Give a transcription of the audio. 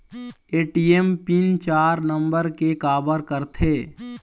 ATM PIN चार number के काबर करथे?